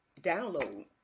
download